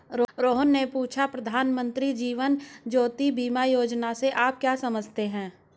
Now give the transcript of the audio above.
रोहन ने पूछा की प्रधानमंत्री जीवन ज्योति बीमा योजना से आप क्या समझते हैं?